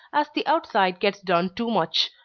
as the outside gets done too much,